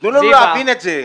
תנו לנו להבין את זה.